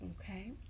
Okay